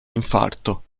infarto